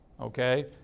Okay